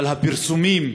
אבל הפרסומים